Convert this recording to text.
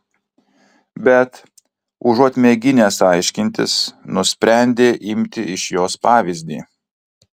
bet užuot mėginęs aiškintis nusprendė imti iš jos pavyzdį